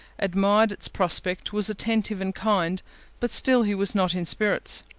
admired its prospect, was attentive, and kind but still he was not in spirits.